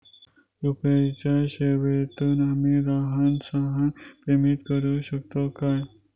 UPI च्या सेवेतून आम्ही लहान सहान पेमेंट करू शकतू काय?